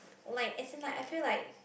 like as in like I feel like